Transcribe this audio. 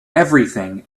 everything